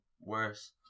worse